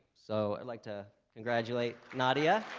so i'd like to congratulate nadia